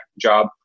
job